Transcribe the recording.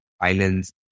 islands